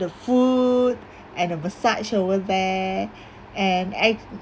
the food and a massage over there and eggs